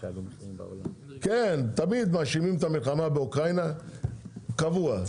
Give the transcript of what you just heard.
תמיד מאשימים את המלחמה באוקראינה קבוע.